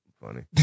funny